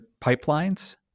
pipelines